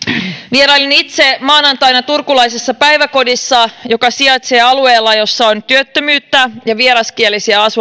vierailin itse maanantaina turkulaisessa päiväkodissa joka sijaitsee alueella jossa on työttömyyttä ja vieraskielisiä